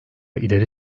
ileri